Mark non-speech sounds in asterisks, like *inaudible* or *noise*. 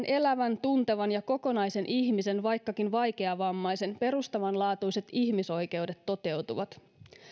*unintelligible* elävän tuntevan ja kokonaisen ihmisen vaikkakin vaikeavammaisen perustavanlaatuiset ihmisoikeudet toteutuvat